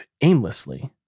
aimlessly